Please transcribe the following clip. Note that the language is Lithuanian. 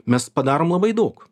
mes padarom labai daug